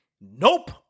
Nope